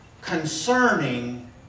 concerning